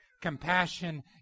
compassion